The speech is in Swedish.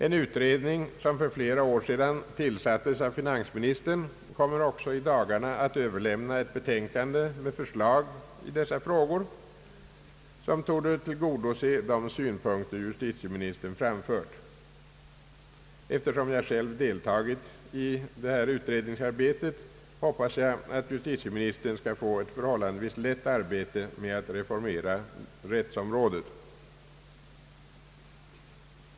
En utredning, som för flera år sedan tillsattes av finansministern, kommer också i dagarna att överlämna ett betänkande med förslag i dessa frågor, som torde tillgodose de synpunkter justitieministern framfört. Eftersom jag själv deltagit i detta utredningsarbete hoppas jag, att justitieministern skall få ett förhållandevis lätt arbete med att reformera rättsområdet.